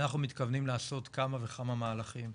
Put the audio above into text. אנחנו מתכוונים לעשות כמה וכמה מהלכים.